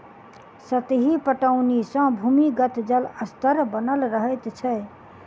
सतही पटौनी सॅ भूमिगत जल स्तर बनल रहैत छै